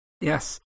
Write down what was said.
Yes